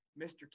Mr